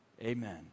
Amen